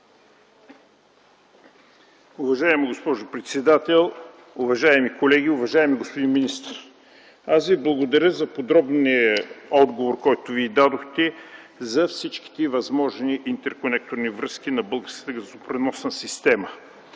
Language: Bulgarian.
Уважаема госпожо председател, уважаеми колеги! Уважаеми господин министър, аз Ви благодаря за подробния отговор, който дадохте за всичките възможни интерколекторни връзки на българската газопреносна система.